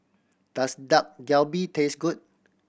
does Dak Galbi taste good